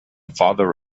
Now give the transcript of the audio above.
father